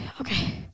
okay